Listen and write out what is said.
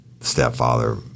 Stepfather